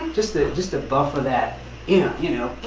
just ah just a buffer that you know you know